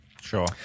Sure